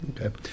Okay